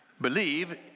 Believe